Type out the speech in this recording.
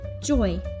joy